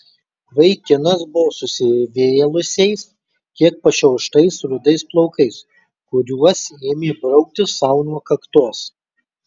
vaikinas buvo susivėlusiais kiek pašiauštais rudais plaukais kuriuos ėmė braukti sau nuo kaktos